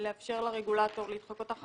לאפשר לרגולטור להתחקות.